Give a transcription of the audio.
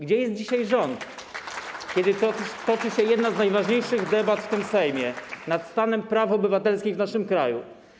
Gdzie jest dzisiaj rząd, kiedy toczy się jedna z najważniejszych debat w tym Sejmie: nad stanem praw obywatelskich w naszym kraju.